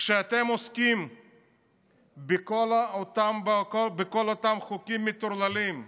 כשאתם עוסקים בכל אותם חוקים מטורללים,